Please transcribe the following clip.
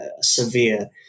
severe